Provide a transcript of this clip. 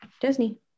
disney